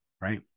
right